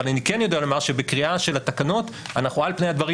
אבל אני כן יודע לומר שבקריאה של התקנות אנחנו על פני הדברים